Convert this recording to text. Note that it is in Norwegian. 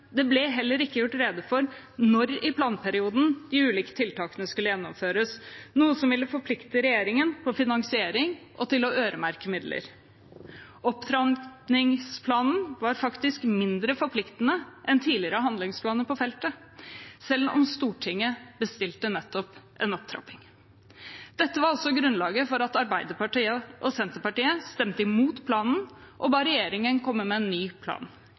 Det ble heller ikke gjort rede for når i planperioden de ulike tiltakene skulle gjennomføres, noe som ville forpliktet regjeringen til finansiering og til å øremerke midler. Opptrappingsplanen var faktisk mindre forpliktende enn tidligere handlingsplaner på feltet, selv om Stortinget bestilte nettopp en opptrapping. Dette var også grunnlaget for at Arbeiderpartiet og Senterpartiet stemte imot planen og ba regjeringen komme med en ny plan